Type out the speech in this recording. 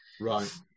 Right